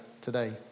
today